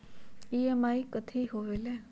EMI कथी होवेले?